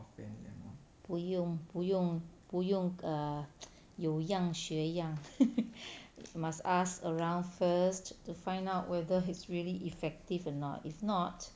不用不用不用 err 有样学样 must ask around first to find out whether it's really effective or not if not